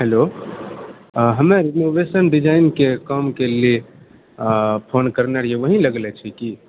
hello हमे renovation डिज़ाइनके कामके लिए फ़ोन करने रहिए ओएह लगेले छिऐ कि